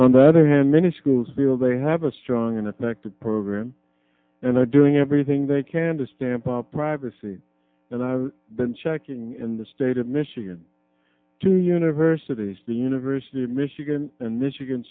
on the other hand many schools feel they have a strong and effective program and are doing it everything they can to stamp out privacy and i've been checking in the state of michigan to universities the university of michigan and michigan